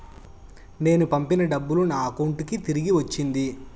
నేను పంపిన డబ్బులు నా అకౌంటు కి తిరిగి వచ్చింది